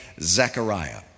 Zechariah